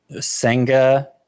Senga